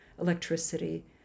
electricity